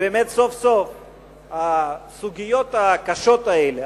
שבאמת סוף סוף הסוגיות הקשות האלה,